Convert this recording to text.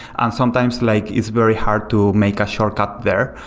and sometimes like it's very hard to make a shortcut there,